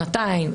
שנתיים,